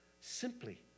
simply